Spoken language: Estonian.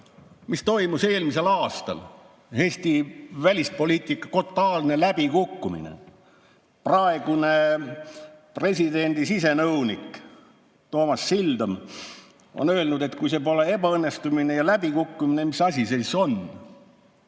mis toimus eelmisel aastal. Eesti välispoliitika totaalne läbikukkumine! Praegune presidendi sisenõunik Toomas Sildam on öelnud, et kui see pole ebaõnnestumine ja läbikukkumine, mis asi see siis on.